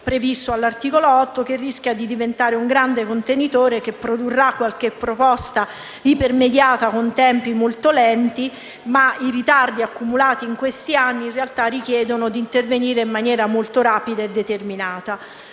previsto all'articolo 8, che rischia di diventare un grande contenitore che produrrà qualche proposta ipermediata con tempi assai lenti, ma i ritardi accumulati in questi anni in realtà richiedono di intervenire in maniera rapida e determinata.